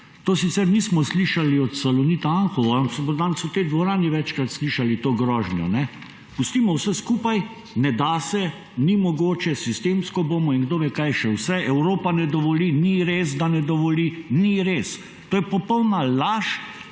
Tega sicer nismo slišali od Salonita Anhovo, ampak smo danes v tej dvorani večkrat slišali to grožnjo: pustimo vse skupaj, ne da se, ni mogoče, sistemsko bomo in kdo ve, kaj še vse, Evropa ne dovoli. Ni res, da ne dovoli. Ni res! To je popolna laž,